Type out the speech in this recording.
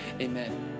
amen